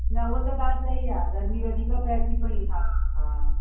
न उहा त ॻाल्हि सही आहे गर्मी वधीक पए थी पयी हा हा